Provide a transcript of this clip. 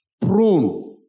prone